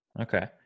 Okay